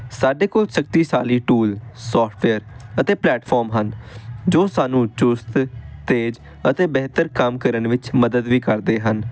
ਸਾਡੇ ਕੋਲ ਸ਼ਕਤੀਸਾਲੀ ਟੂਲ ਸੋਫਟਵੇਅਰ ਅਤੇ ਪਲੇਟਫੋਮ ਹਨ ਜੋ ਸਾਨੂੰ ਚੁਸਤ ਤੇਜ਼ ਅਤੇ ਬਿਹਤਰ ਕੰਮ ਕਰਨ ਵਿੱਚ ਮਦਦ ਵੀ ਕਰਦੇ ਹਨ